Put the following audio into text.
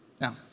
Now